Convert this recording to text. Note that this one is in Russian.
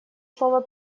слово